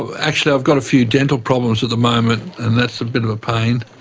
actually i've got a few dental problems at the moment and that's a bit of a pain,